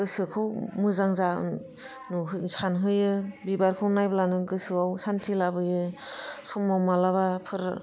गोसोखौ मोजां सानहोयो बिबारखौ नायब्लानो गोसोआव सान्थि लाबोयो समाव मालाबाफोर